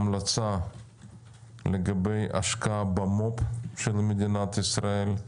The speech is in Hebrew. המלצה לגבי השקעה במו"פ של מדינת ישראל.